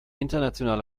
internationale